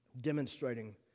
demonstrating